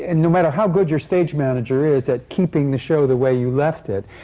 and no matter how good your stage manager is at keeping the show the way you left it,